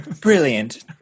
brilliant